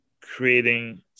creating